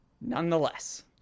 Nonetheless